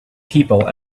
people